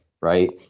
right